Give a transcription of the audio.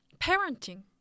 parenting